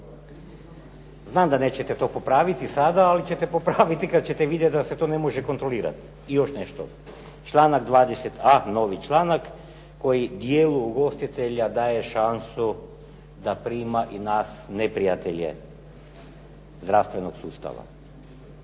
Znam da nećete to popraviti sada, ali ćete popraviti kada ćete vidjeti kada se to ne može kontrolirati. I još nešto. Članak 20. a, novi članak, koji djelu ugostitelja daje šansu da prima i nas neprijatelje zdravstvenog sustav.